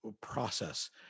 process